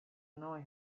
annoy